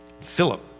Philip